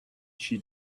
she